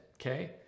okay